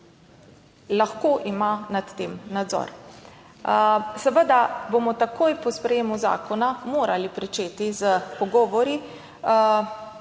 lahko ima nad tem nadzor. Seveda bomo takoj po sprejemu zakona morali pričeti s pogovori